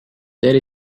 there